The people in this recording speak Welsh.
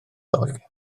ddoe